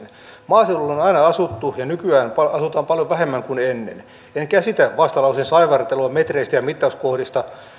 maaseudulla on on aina asuttu ja nykyään asutaan paljon vähemmän kuin ennen en käsitä vastalauseen saivartelua metreistä ja mittauskohdista